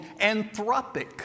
anthropic